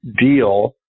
deal